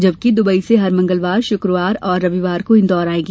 जबकि दुबई से हर मंगलवार शुक्रवार और रविवार को इंदौर आयेगी